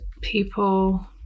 people